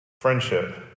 friendship